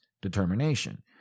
determination